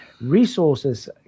resources